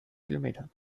kilometern